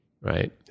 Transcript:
right